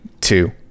two